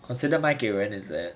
consider 卖给人 is it